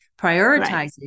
prioritizing